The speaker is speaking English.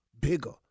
bigger